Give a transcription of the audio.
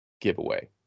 giveaway